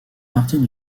partie